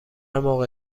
موقع